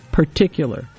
particular